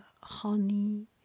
honey